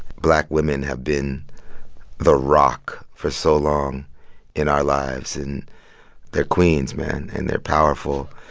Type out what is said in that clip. black women have been the rock for so long in our lives. and they're queens, man, and they're powerful.